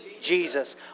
Jesus